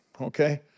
okay